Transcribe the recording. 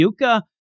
Yuka